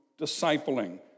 discipling